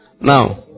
Now